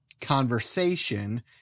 conversation